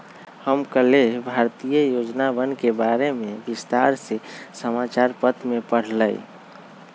हम कल्लेह भारतीय योजनवन के बारे में विस्तार से समाचार पत्र में पढ़ लय